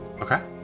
Okay